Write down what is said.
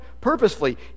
purposefully